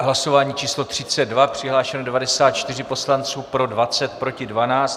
Hlasování číslo 32. Přihlášeno 94 poslanců, pro 20, proti 12.